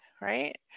right